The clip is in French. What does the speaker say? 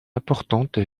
importante